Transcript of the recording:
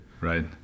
Right